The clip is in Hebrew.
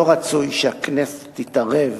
לא רצוי שהכנסת תתערב